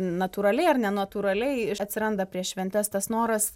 natūraliai ar nenatūraliai atsiranda prieš šventes tas noras